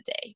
day